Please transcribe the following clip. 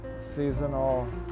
seasonal